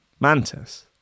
mantis